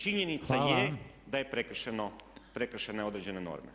Činjenica je da je prekršene određene norme.